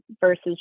versus